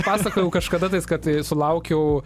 pasakojau kažkada tais kad tai sulaukiau